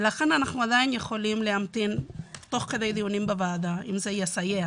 ולכן אנחנו עדיין יכולים להמתין תוך כדי דיונים בוועדה אם זה יסייע